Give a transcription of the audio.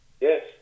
Yes